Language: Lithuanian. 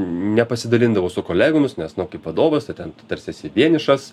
nepasidalindavau su kolegomis nes nu kaip vadovas tai ten tu tarsi esi vienišas